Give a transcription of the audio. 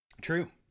True